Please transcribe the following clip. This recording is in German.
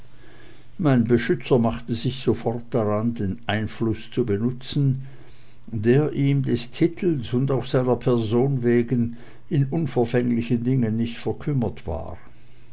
mein beschützer machte sich sofort daran den einfluß zu benutzen der ihm der titel und auch seiner person wegen in unverfänglichen dingen nicht verkümmert war